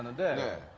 and day,